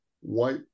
white